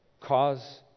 Cause